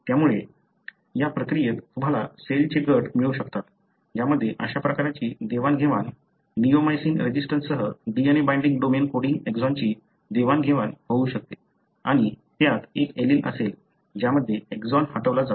त्यामुळे या प्रक्रियेत तुम्हाला सेलचे गट मिळू शकतात ज्यामध्ये अशा प्रकारची देवाणघेवाण निओमायसिन रेझिस्टन्ससह DNA बाइंडिंग डोमेन कोडिंग एक्सॉनची देवाणघेवाण होऊ शकते आणि आणि त्यात एक एलील असेल ज्यामध्ये एक्सॉन हटवला जातो